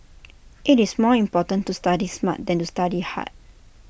IT is more important to study smart than to study hard